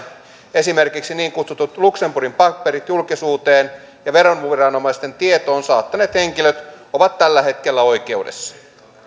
esimerkiksi niin kutsutut luxemburgin paperit julkisuuteen ja veroviranomaisten tietoon saattaneet henkilöt ovat tällä hetkellä oikeudessa